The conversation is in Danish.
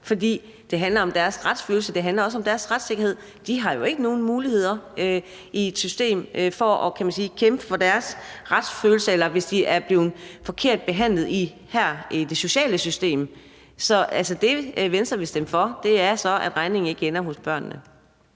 for det handler om deres retsfølelse, og det handler også om deres retssikkerhed. De har jo i systemet ikke nogen muligheder for at, kan man sige, kæmpe for deres ret – kæmpe, i forhold til at de er blevet forkert behandlet i det sociale system. Så det, Venstre ville stemme for her, er, at regningen ikke ender hos børnene.